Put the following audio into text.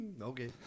Okay